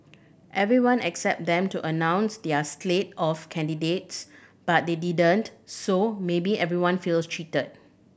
everyone excepted them to announce their slate of candidates but they didn't so maybe everyone feels cheated